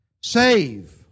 Save